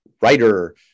writer